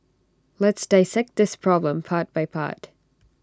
let's dissect this problem part by part